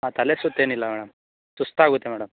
ಹಾಂ ತಲೆ ಸುತ್ತು ಏನಿಲ್ಲ ಮೇಡಮ್ ಸುಸ್ತಾಗುತ್ತೆ ಮೇಡಮ್